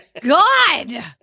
God